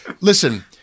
listen